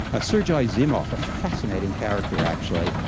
ah sergey zimov, a fascinating character actually,